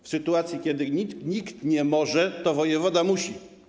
W sytuacji kiedy nikt nie może, to wojewoda musi.